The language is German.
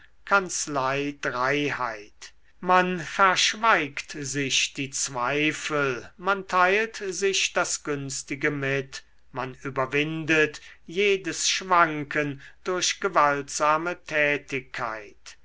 kanzleidreiheit man verschweigt sich die zweifel man teilt sich das günstige mit man überwindet jedes schwanken durch gewaltsame tätigkeit